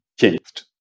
changed